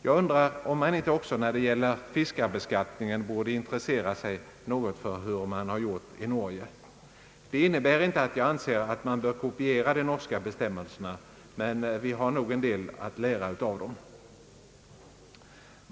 Jag undrar om vi inte också när det gäller fiskarbeskattningen borde intressera oss något för hur man har gjort i Norge. Det innebär inte att jag anser att vi behöver kopiera de norska bestämmelserna, men vi har nog en del att lära av dem.